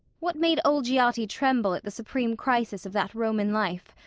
what made olgiati tremble at the supreme crisis of that roman life,